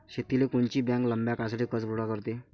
शेतीले कोनची बँक लंब्या काळासाठी कर्जपुरवठा करते?